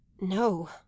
No